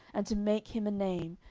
and to make him a name,